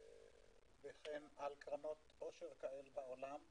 וכן על קרנות עושר כאלה בעולם,